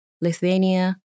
Lithuania